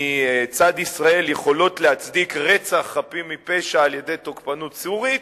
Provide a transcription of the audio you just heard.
מצד ישראל יכולות להצדיק רצח חפים מפשע על-ידי תוקפנות סורית,